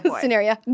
scenario